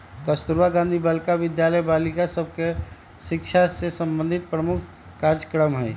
कस्तूरबा गांधी बालिका विद्यालय बालिका सभ के शिक्षा से संबंधित प्रमुख कार्जक्रम हइ